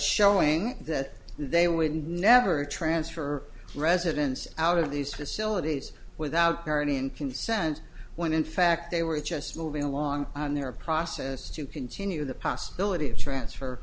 showing that they would never transfer residence out of these facilities without parity and consent when in fact they were just moving along on their process to continue the possibility of transfer